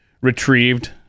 retrieved